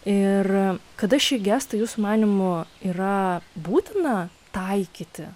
ir kada šį gestą jūsų manymu yra būtina taikyti